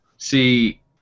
See